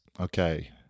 Okay